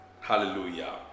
Hallelujah